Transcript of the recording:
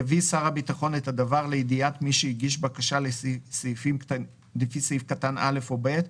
יביא שר הביטחון את הדבר לידיעת מי שהגיש בקשה לפי סעיף קטן (א) או (ב),